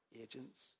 agents